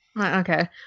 okay